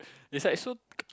it's like so